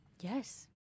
Yes